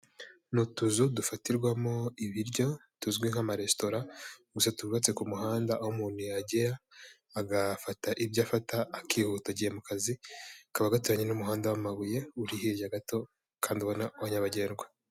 Ni utuzu dufatirwamo ibiryo tuzwi nk'amaresitora gusa twubatse ku muhanda aho umuntu yagera agafata ibyo afata akihuta agiye mu kazi kaba gaturanye n'umuhanda w'amabuye uri hirya gato kandi ubona wa nyabagendwa.